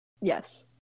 Yes